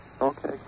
Okay